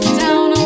down